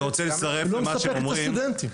ולא מספקת את הסטודנטים.